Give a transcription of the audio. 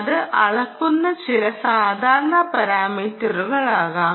അത് അളക്കുന്ന ചില സാധാരണ പാരാമീറ്ററാകാം